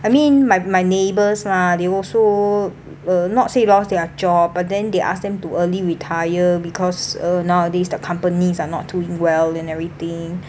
I mean my my neighbours lah they also uh not say lost their job but then they ask them to early retire because uh nowadays the companies are not doing well and everything